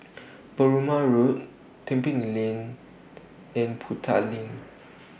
Perumal Road Tebing Lane and Boon Tat LINK